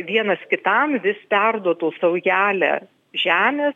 vienas kitam vis perduotų saujelę žemės